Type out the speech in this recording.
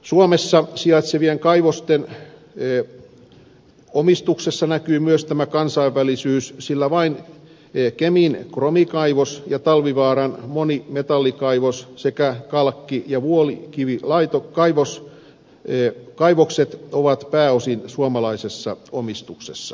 suomessa sijaitsevien kaivosten omistuksessa näkyy myös tämä kansainvälisyys sillä vain kemin kromikaivos ja talvivaaran monimetallikaivos sekä kalkki ja vuoli kivikko aito kaivos ja vuolukivikaivokset ovat pääosin suomalaisessa omistuksessa